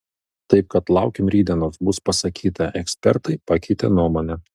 taip kad laukim rytdienos bus pasakyta ekspertai pakeitė nuomonę